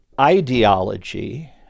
ideology